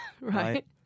Right